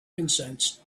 consents